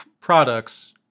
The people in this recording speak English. products